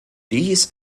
dies